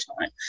time